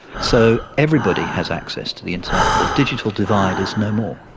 so everybody has access to the internet. the digital divide is no more.